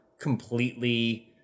completely